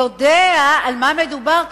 יודע על מה מדובר,